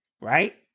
right